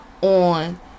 on